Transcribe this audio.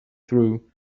through